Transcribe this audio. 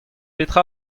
petra